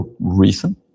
reason